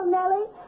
Nellie